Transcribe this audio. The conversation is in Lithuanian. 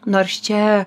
nors čia